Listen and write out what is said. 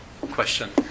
question